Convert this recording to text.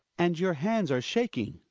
and your hands are shaking.